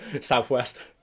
Southwest